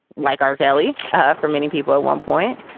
like our kelly ah for many people at one point.